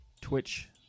Twitch